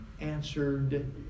answered